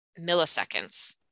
milliseconds